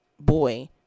boy